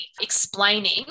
explaining